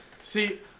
See